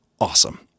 awesome